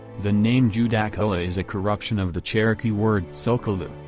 the name judaculla is a corruption of the cherokee word tsul'kalu',